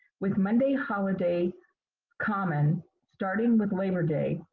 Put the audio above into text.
with monday holidays common starting with labor day,